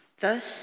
Thus